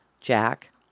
Jack